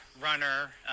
runner